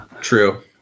True